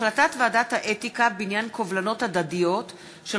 החלטת ועדת האתיקה בעניין קובלנות הדדיות של